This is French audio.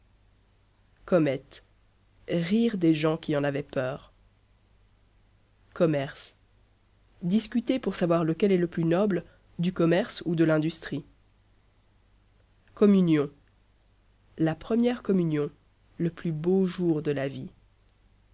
comètes rire des gens qui en avaient peur commerce discuter pour savoir lequel est le plus noble du commerce ou de l'industrie communion la première communion le plus beau jour de la vie